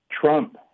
Trump